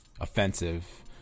offensive